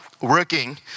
working